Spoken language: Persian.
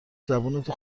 زبونتو